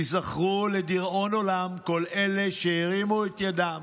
תיזכרו לדיראון עולם, כל אלה שהרימו את ידם